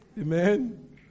Amen